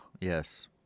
yes